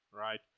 right